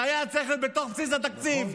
זה היה צריך להיות בבסיס התקציב.